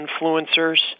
influencers